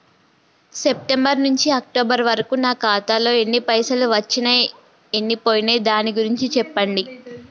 September నుంచి October వరకు నా ఖాతాలో ఎన్ని పైసలు వచ్చినయ్ ఎన్ని పోయినయ్ దాని గురించి చెప్పండి?